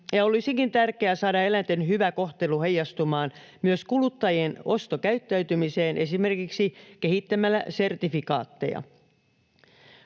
olisikin tärkeää saada eläinten hyvä kohtelu heijastumaan myös kuluttajien ostokäyttäytymiseen esimerkiksi kehittämällä sertifikaatteja.